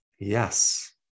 yes